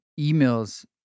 emails